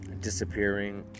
disappearing